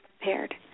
prepared